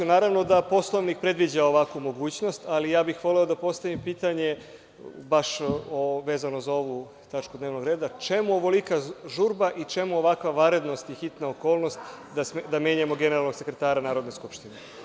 Naravno da Poslovnik predviđa ovakvu mogućnost, ali ja bih voleo da postavim pitanje baš vezano za ovu tačku dnevnog reda – čemu ovolika žurba i čemu ovakva vanrednost i hitna okolnost da menjamo sekretara Narodne skupštine?